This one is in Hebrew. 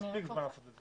מספיק זמן לעשות את זה.